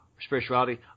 spirituality